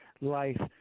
life